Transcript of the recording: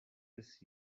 this